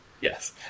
yes